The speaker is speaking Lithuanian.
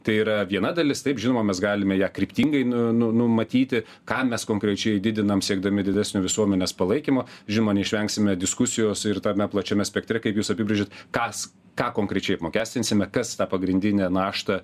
tai yra viena dalis taip žinoma mes galime ją kryptingai n nu numatyti ką mes konkrečiai didinam siekdami didesnio visuomenės palaikymo žima neišvengsime diskusijos ir tame plačiame spektre kaip jūs apibrėžiat kas ką konkrečiai apmokestinsime kas tą pagrindinę naštą